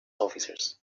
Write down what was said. officers